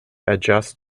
adjust